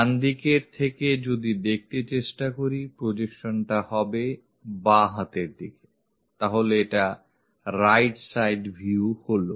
ডানদিক থেকে যদি দেখতে চেষ্টা করি প্রজেকশনটা হবে বা হাতের দিকে তাহলে এটা ডানদিকের ভিউ হলো